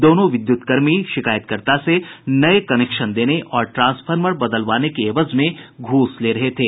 दोनों विद्युतकर्मी शिकायतकर्ता से नये कनेक्शन देने और ट्रांसफार्मर बदलवाने के एवज में घूस ले रहे थे